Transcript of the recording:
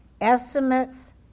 Estimates